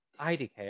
idk